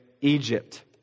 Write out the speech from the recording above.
egypt